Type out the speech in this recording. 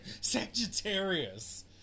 Sagittarius